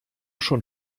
schon